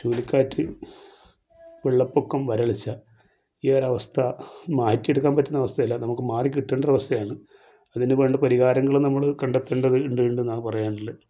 ചുഴലിക്കാറ്റ് വെള്ളപ്പൊക്കം വരൾച്ച ഈ ഒരവസ്ഥ മാറ്റിയെടുക്കാൻ പറ്റുന്നൊരവസ്ഥയല്ല നമുക്ക് മാറികിട്ടേണ്ട ഒരവസ്ഥയാണ് അതിന് വേണ്ട പരിഹാരങ്ങളും നമ്മൾ കണ്ടത്തേണ്ടതുണ്ട് ഉണ്ട് എന്നാൽ പറയാനുള്ളത്